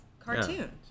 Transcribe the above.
cartoon